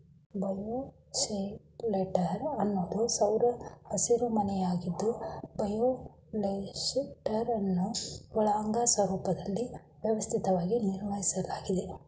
bioshelter ಅನ್ನೋದು ಸೌರ ಹಸಿರುಮನೆಯಾಗಿದ್ದು ಬಯೋಶೆಲ್ಟರನ್ನು ಒಳಾಂಗಣ ಪರಿಸರ ವ್ಯವಸ್ಥೆಯಾಗಿ ನಿರ್ವಹಿಸಲಾಗ್ತದೆ